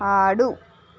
ఆడు